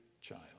child